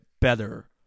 better